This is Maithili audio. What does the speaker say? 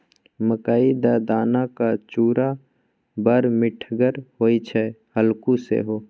मकई क दानाक चूड़ा बड़ मिठगर होए छै हल्लुक सेहो